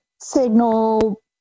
signal